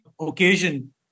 occasion